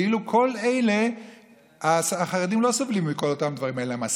כאילו החרדים לא סובלים מכל הדברים האלה.